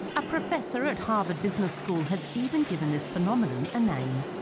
a professor at harvard business school has even given this phenomenon a name